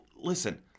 Listen